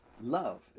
love